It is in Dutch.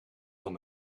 van